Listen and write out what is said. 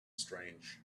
strange